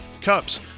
Cups